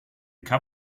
cup